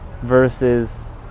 versus